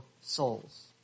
souls